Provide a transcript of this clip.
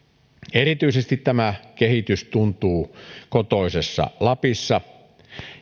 erityisesti tämä kehitys tuntuu kotoisessa lapissa